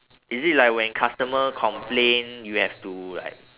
is it like when customer complain you have to like